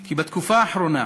כי בתקופה האחרונה